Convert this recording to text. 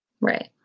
Right